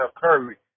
Curry